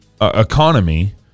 economy